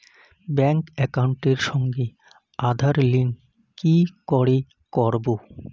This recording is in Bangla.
ব্যাংক একাউন্টের সঙ্গে আধার লিংক কি করে করবো?